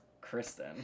Kristen